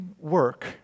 work